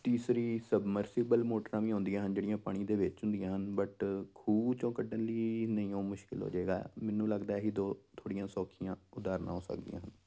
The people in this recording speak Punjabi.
ਤੀਸਰੀ ਸਬਮਰਸੀਬਲ ਮੋਟਰਾਂ ਵੀ ਆਉਂਦੀਆਂ ਹਨ ਜਿਹੜੀਆਂ ਪਾਣੀ ਦੇ ਵਿੱਚ ਹੁੰਦੀਆਂ ਹਨ ਬਟ ਖੂਹ ਚੋਂ ਕੱਢਣ ਲਈ ਨਹੀਂ ਉਹ ਮੁਸ਼ਕਿਲ ਹੋ ਜਾਵੇਗਾ ਮੈਨੂੰ ਲੱਗਦਾ ਇਹ ਹੀ ਦੋ ਥੋੜ੍ਹੀਆਂ ਸੌਖੀਆਂ ਉਦਾਹਰਣਾਂ ਹੋ ਸਕਦੀਆਂ ਹਨ